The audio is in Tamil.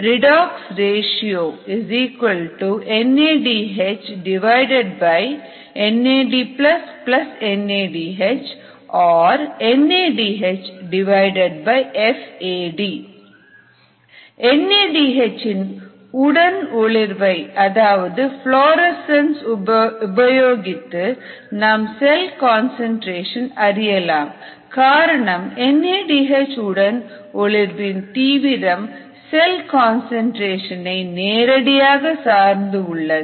Redox ratio NADHNAD NADH or NADHFAD N A D H இன் உடன் ஒளிர்வை அதாவது புளோரசன்ஸ் உபயோகித்து நாம் செல் கான்சன்ட்ரேசன் அறியலாம் காரணம் என் ஏ டி எச் உடன் ஒளிர்வின் தீவிரம் செல் கன்சன்ட்ரேஷன் ஐ நேரடியாக சார்ந்து உள்ளது